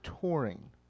touring